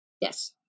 Yes